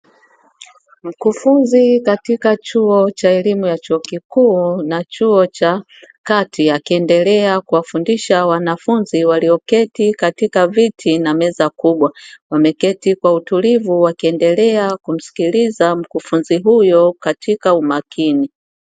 Mkufuzi katika chuo cha elimu ya chuo kikuu na chuo cha kati a kiendelea kuwafundisha wanafunzi walioketi katika viti na meza kubwa, wameketi kwa utulivu wakiendelea kumsikiliza mkufunzi huyo katika umakini.